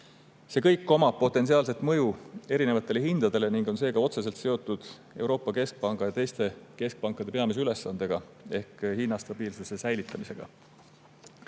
See kõik omab potentsiaalset mõju erinevatele hindadele ning on seega otseselt seotud Euroopa Keskpanga ja teiste keskpankade peamise ülesandega, milleks on hindade stabiilsuse